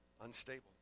Unstable